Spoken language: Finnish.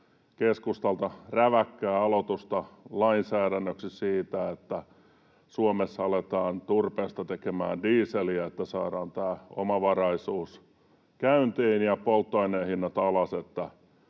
keskustalta räväkkää aloitusta lainsäädännöksi siitä, että Suomessa aletaan turpeesta tekemään dieseliä, että saadaan omavaraisuus käyntiin ja polttoaineen hinnat alas.